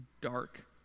dark